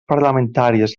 parlamentàries